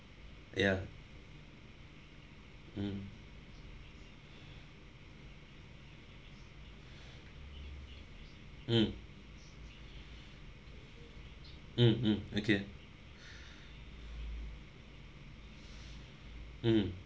ya mm mm mm mm okay mm